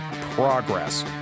progress